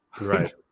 Right